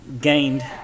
gained